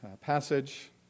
passage